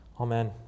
Amen